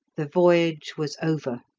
the voyage was over,